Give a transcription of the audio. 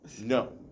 No